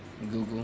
Google